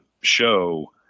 show